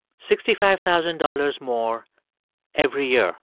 sixty five thousand dollars more every year.